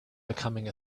becoming